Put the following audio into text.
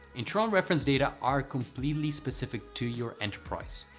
internal reference data are completely specific to your enterprise.